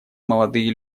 молодые